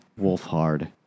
Wolfhard